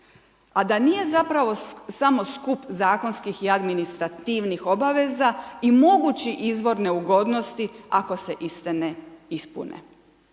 a da nije zapravo samo skup zakonskih i administrativnih obaveza i mogući izvor neugodnosti ako se iste ne ispune.